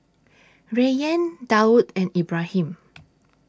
Rayyan Daud and Ibrahim